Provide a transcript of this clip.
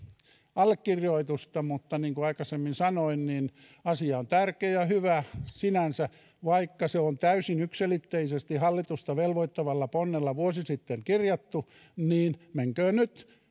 allekirjoitusta mutta niin kuin aikaisemmin sanoin asia on tärkeä ja hyvä sinänsä vaikka se on täysin yksiselitteisesti hallitusta velvoittavalla ponnella vuosi sitten kirjattu niin menköön nyt